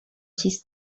چیز